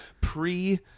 pre